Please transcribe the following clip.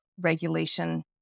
regulation